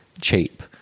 cheap